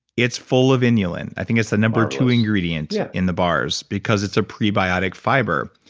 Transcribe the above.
it's full of inulin. i think it's the number two ingredient in the bars, because it's a prebiotic fiber.